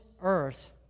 earth